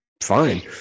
fine